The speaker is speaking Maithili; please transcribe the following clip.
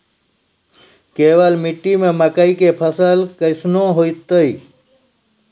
केवाल मिट्टी मे मकई के फ़सल कैसनौ होईतै?